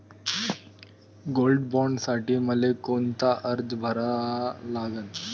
Gold बॉण्डसाठी मले कोनचा अर्ज भरा लागन?